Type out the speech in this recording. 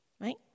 Right